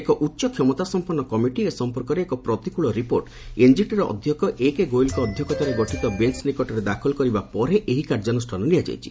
ଏକ ଉଚ୍ଚ କ୍ଷମତାସମ୍ପନ୍ନ କମିଟି ଏ ସମ୍ପର୍କରେ ଏକ ପ୍ରତିକୃଳ ରିପୋର୍ଟ ଏନ୍କିଟିର ଅଧ୍ୟକ୍ଷ ଏକେ ଗୋୟଲଙ୍କ ଅଧ୍ୟକ୍ଷତାରେ ଗଠିତ ବେଞ୍ଚ ନିକଟରେ ଦାଖଲ କରିବା ପରେ ଏହି କାର୍ଯ୍ୟାନୁଷ୍ଠାନ ନିଆଯାଇଛି